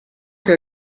che